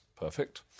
perfect